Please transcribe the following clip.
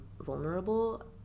vulnerable